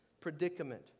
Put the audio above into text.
predicament